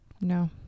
No